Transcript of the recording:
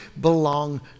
belong